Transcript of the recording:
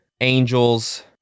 Angels